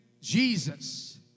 Jesus